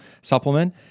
Supplement